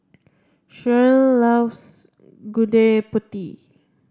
Shirl loves Gudeg Putih